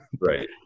Right